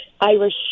Irish